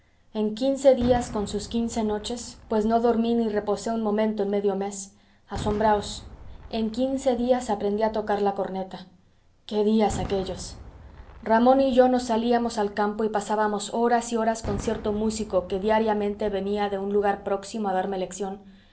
en quince días con sus quince noches asombraos en quince días aprendí a tocar la corneta qué días aquellos ramón y yo nos salíamos al campo y pasábamos horas y horas con cierto músico que diariamente venía de un lugar próximo a darme lección